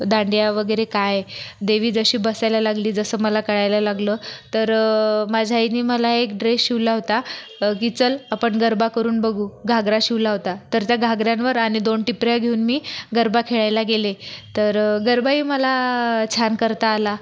दांडिया वगैरे काय देवी जशी बसायला लागली जसं मला कळायला लागलं तर माझ्या आईने मला एक ड्रेस शिवला होता की चल आपण गरबा करून बघू घागरा शिवला होता तर त्या घागऱ्यांवर आणि दोन टिपऱ्या घेऊन मी गरबा खेळायला गेले तर गरबाही मला छान करता आला